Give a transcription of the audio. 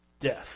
Death